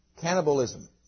Cannibalism